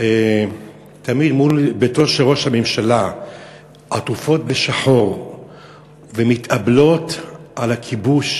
תמיד מול ביתו של ראש הממשלה עטופות בשחור ומתאבלות על הכיבוש